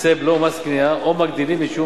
מסי בלו ומס קנייה או מגדילים את שיעור